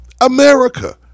America